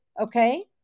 Okay